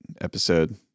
episode